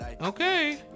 Okay